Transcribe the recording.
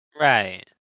Right